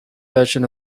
version